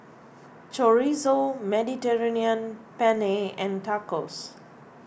Chorizo Mediterranean Penne and Tacos